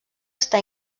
està